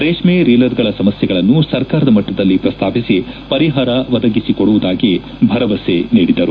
ರೇಷ್ಠ ರೀಲರ್ಗಳ ಸಮಸ್ತೆಗಳನ್ನು ಸರ್ಕಾರದ ಮಟ್ಟದಲ್ಲಿ ಪ್ರಸ್ತಾಪಿಸಿ ಪರಿಹಾರ ಒದಗಿಸಿಕೊಡುವುದಾಗಿ ಭರವಸೆ ನೀಡಿದರು